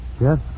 Yes